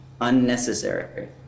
unnecessary